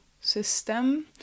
system